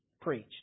preached